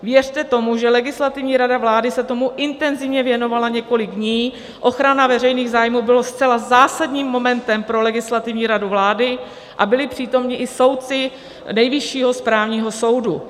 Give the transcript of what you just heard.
Věřte tomu, že Legislativní rada vlády se tomu intenzivně věnovala několik dní, ochrana veřejných zájmů byla zcela zásadním momentem pro Legislativní radu vlády a byli přítomni i soudci Nejvyššího správního soudu.